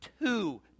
Two